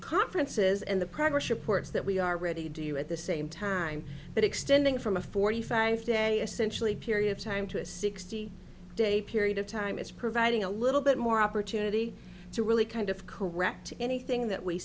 conferences and the progress reports that we are ready to do at the same time that extending from a forty five day essentially period of time to a sixty day period of time is providing a little bit more opportunity to really kind of correct anything that we